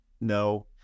No